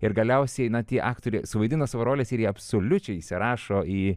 ir galiausiai na tie aktoriai suvaidina savo roles ir jie absoliučiai įsirašo į